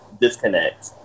disconnect